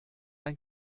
ein